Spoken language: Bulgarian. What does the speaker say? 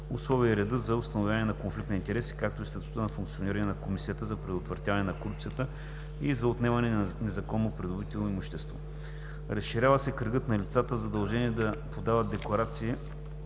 условията и реда за установяване на конфликт на интереси; както и статута и функционирането на Комисията за предотвратяване на корупцията и за отнемане на незаконно придобито имущество. Разширява се кръгът на лицата, задължени да подават декларации,